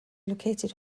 located